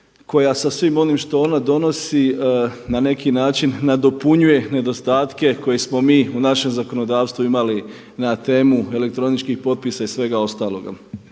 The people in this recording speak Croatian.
koja sa svim onim što ona donosi na neki način nadopunjuje nedostatke koje smo mi u našem zakonodavstvu imali na temu elektroničkih potpisa i svega ostaloga.